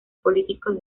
político